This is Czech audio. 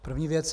První věc.